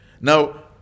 Now